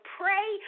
pray